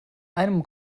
einem